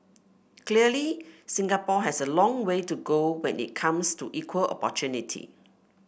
clearly Singapore has a long way to go when it comes to equal opportunity